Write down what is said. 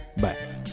Bye